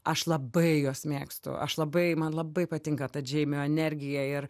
aš labai juos mėgstu aš labai man labai patinka ta džeimio energija ir